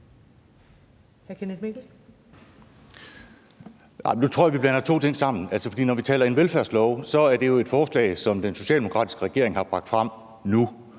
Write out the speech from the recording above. Nu tror jeg, at vi blander to ting sammen. For når vi taler om en velfærdslov, er det jo et forslag, som den socialdemokratiske regering har bragt frem nu,